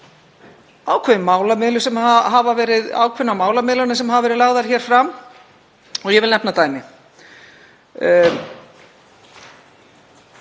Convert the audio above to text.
Ákveðnar málamiðlanir hafa verið lagðar hér fram og ég vil nefna dæmi.